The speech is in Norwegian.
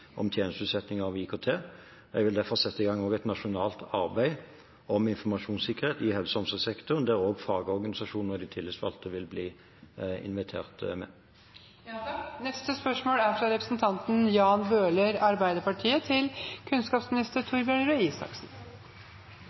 om tjenesteutsetting av IKT. Jeg vil derfor sette i gang et nasjonalt arbeid om informasjonssikkerhet i helse- og omsorgssektoren, der også fagorganisasjoner og de tillitsvalgte vil bli invitert med. Dette spørsmål er trukket tilbake. Jeg vil gjerne få stille følgende spørsmål til